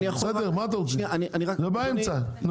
זה באמצע.